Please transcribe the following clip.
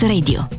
Radio